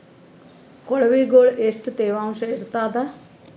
ಕೊಳವಿಗೊಳ ಎಷ್ಟು ತೇವಾಂಶ ಇರ್ತಾದ?